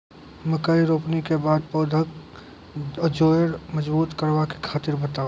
मकय रोपनी के बाद पौधाक जैर मजबूत करबा के तरीका बताऊ?